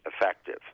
effective